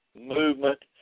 movement